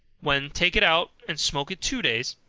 when take it out, and smoke it two days,